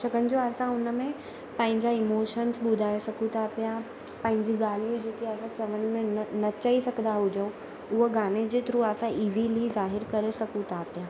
छाकाणि जो असां हुन में पंहिंजा इमोशंस ॿुधाए सघूं था पिया पंहिंजूं ॻाल्हियूं जेके असां चवण में न न चई सघंदा हुजूं उहो गाने जे थ्रू असां इज़ीली ज़ाहिरु करे सघूं था पिया